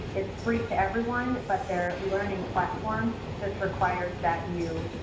it's free to everyone, but their learning platform just requires that you